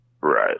Right